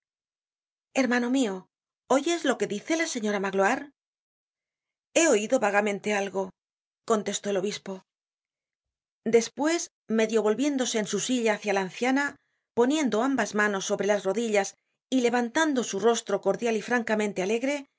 hermano mio oyes lo que dice la señora magloire he oido vagamente algo contestó el obispo despues medio volviéndose en su silla hácia la anciana poniendo ambas manos sobre las rodillas y levantando su rostro cordial y francamente alegre